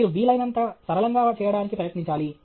మీరు వీలైనంత సరళంగా చేయడానికి ప్రయత్నించాలి